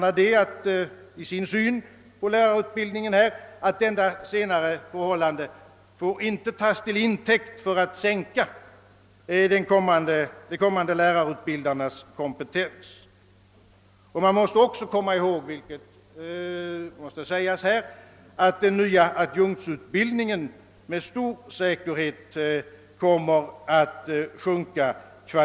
Nu menar motionärerna, att detta förhållande inte får tas till intäkt för att sänka de kommande lärarutbildarnas kompetens. Här bör också sägas, att man måste komma ihåg, att kvaliteten på den nya adjunktsutbildningen med stor säkerhet kommer att sjunka.